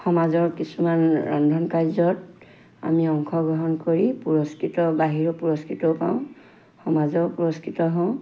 সমাজৰ কিছুমান ৰন্ধন কাৰ্যত আমি অংশগ্ৰহণ কৰি পুৰস্কৃত বাহিৰৰ পুৰস্কৃত পাওঁ সমাজৰ পুৰস্কৃত হওঁ